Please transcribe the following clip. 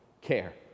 care